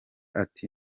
ati